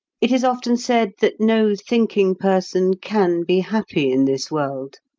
it is often said that no thinking person can be happy in this world.